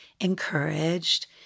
encouraged